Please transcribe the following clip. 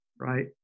right